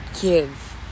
give